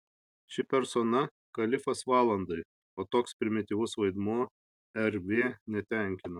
ši persona kalifas valandai o toks primityvus vaidmuo rv netenkino